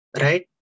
Right